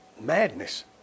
madness